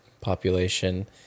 population